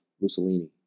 Mussolini